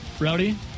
Rowdy